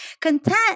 Content